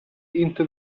into